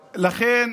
לכן,